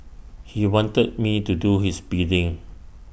he wanted me to do his bidding